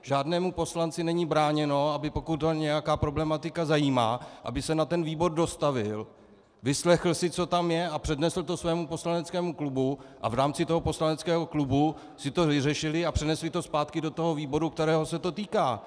Žádnému poslanci není bráněno, pokud ho nějaká problematika zajímá, aby se na ten výbor dostavil, vyslechl si, co tam je, a přednesl to svému poslaneckému klubu a v rámci toho poslaneckého klubu si to vyřešili a přenesli to zpátky do výboru, kterého se to týká.